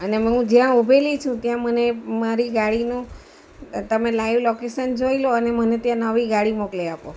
અને હું જ્યાં ઊભેલી છું ત્યાં મને મારી ગાડીનું તમે લાઈવ લોકેશન જોઈ લો અને મને તે નવી ગાડી મોકલી આપો